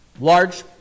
large